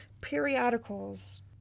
periodicals